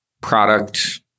product